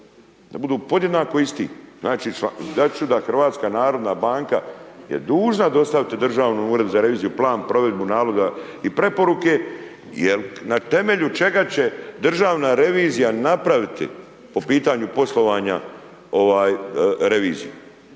Da budu podjednako isti. Dat ću da HNB je dužna dostaviti Državnom uredu za reviziju, plan provedbu naloga i preporuke jel na temelju čega će državna revizija napraviti po pitanju poslovanja, reviziju?